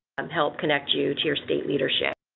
i'm help connect you to your state leadership.